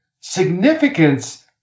Significance